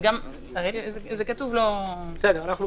בסדר.